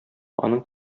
аның